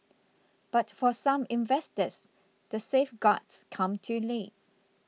but for some investors the safeguards come too late